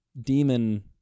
Demon